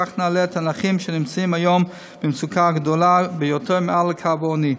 כך נעלה את הנכים שנמצאים היום במצוקה הגדולה ביותר מעל לקו העוני,